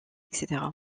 etc